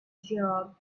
job